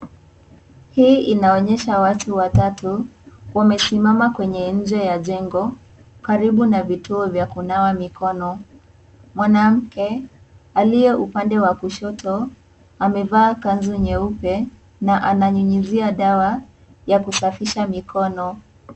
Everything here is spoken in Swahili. Hii inaonyesha watu watatu wamesimama kwenye nje ya jengo karibu na vituo vya kunawa mikono . Mwanamke aliye upande ya kushoto amevaa kanzu nyeupe na ananyunyizia dawa ya kusafisha mikono.